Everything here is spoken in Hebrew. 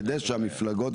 כדי שהמפלגות,